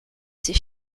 ses